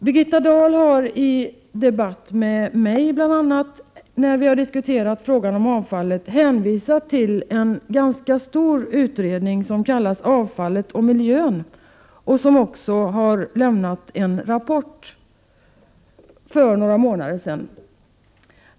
När det gäller frågan om avfall har Birgitta Dahl i en debatt med bl.a. mig hänvisat till en ganska stor utredning som kallas ”Avfallet och miljön”. Utredningen avlämnade en rapport för några veckor sedan.